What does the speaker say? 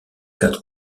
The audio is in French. quatre